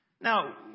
Now